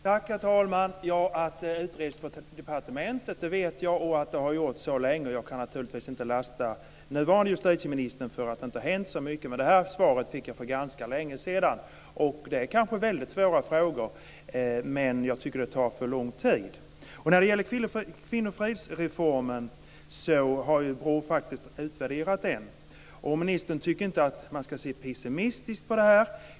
Herr talman! Att det utreds på departementet vet jag, liksom att detta har gjorts länge. Jag kan naturligtvis inte lasta nuvarande justitieministern för att det inte har hänt så mycket, men det här svaret fick jag för ganska länge sedan. Det är kanske väldigt svåra frågor, men jag tycker att det tar för lång tid. Kvinnofridsreformen har ju BRÅ faktiskt utvärderat. Ministern tycker inte att man ska se pessimistiskt på det här.